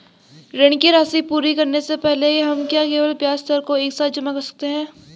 ऋण की राशि पूरी करने से पहले हम क्या केवल ब्याज दर को एक साथ जमा कर सकते हैं?